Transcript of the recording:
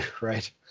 right